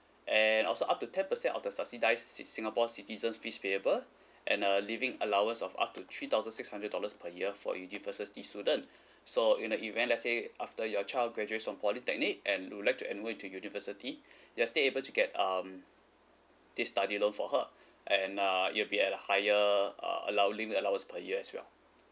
and also up to ten percent of the subsidised si~ singapore citizen fees payable and a living allowance of up to three thousand six hundred dollars per year for university student so in the event let's say after your child graduates from polytechnic and you would like to admit to university yes they're able to get um this study loan for her and uh it'll be at a higher uh allow~ living allowance per year as well